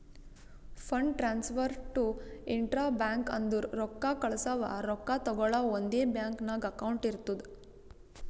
fund transfer to intra bank ಅಂದುರ್ ರೊಕ್ಕಾ ಕಳ್ಸವಾ ರೊಕ್ಕಾ ತಗೊಳವ್ ಒಂದೇ ಬ್ಯಾಂಕ್ ನಾಗ್ ಅಕೌಂಟ್ ಇರ್ತುದ್